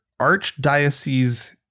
archdiocese